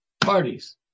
parties